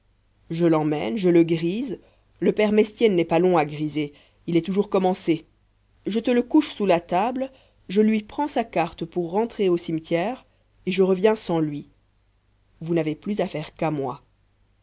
je l'emmène je le grise le père mestienne n'est pas long à griser il est toujours commencé je te le couche sous la table je lui prends sa carte pour rentrer au cimetière et je reviens sans lui vous n'avez plus affaire qu'à moi